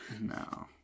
No